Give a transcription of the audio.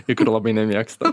ikrų labai nemėgstu